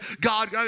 God